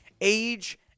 age